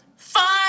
Five